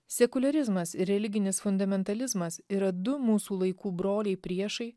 sekuliarizmas ir religinis fundamentalizmas yra du mūsų laikų broliai priešai